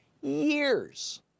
years